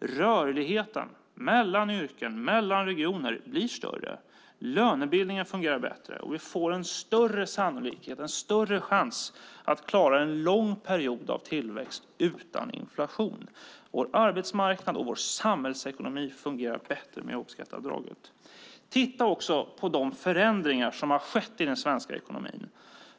Rörligheten mellan yrken och regioner blir större. Lönebildningen fungerar bättre, och vi får en större chans att klara en lång period av tillväxt utan inflation. Vår arbetsmarknad och vår samhällsekonomi fungerar bättre med jobbskatteavdraget. Låt oss även titta på de förändringar som har skett i den svenska ekonomin.